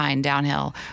downhill